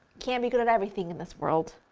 can't be good at everything in this world.